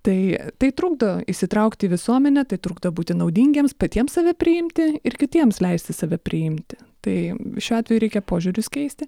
tai tai trukdo įsitraukti į visuomenę tai trukdo būti naudingiems patiems save priimti ir kitiems leisti save priimti tai šiuo atveju reikia požiūrius keisti